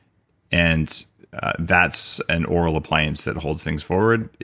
and that's an oral appliance that holds things forward.